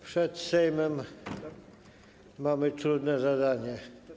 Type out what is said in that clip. Przed Sejmem mamy trudne zadanie.